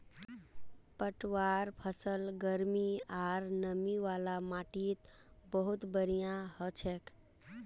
पटवार फसल गर्मी आर नमी वाला माटीत बहुत बढ़िया हछेक